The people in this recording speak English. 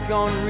on